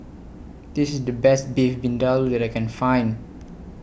This IS The Best Beef Vindaloo that I Can Find